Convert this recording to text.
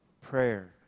prayer